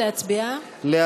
להצביע?